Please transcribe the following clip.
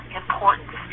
importance